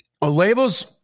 Labels